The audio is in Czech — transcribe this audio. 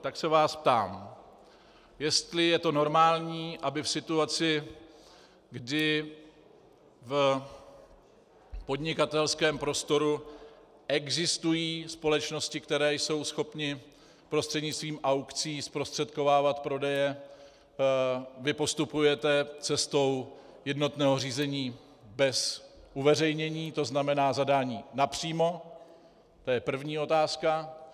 Tak se vás ptám, jestli je to normální, aby v situaci, kdy v podnikatelském prostoru existují společnosti, které jsou schopny prostřednictvím aukcí zprostředkovávat prodeje, vy postupujete cestou jednotného řízení bez uveřejnění, to znamená zadání napřímo to je první otázka.